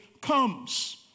comes